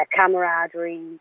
camaraderie